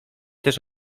też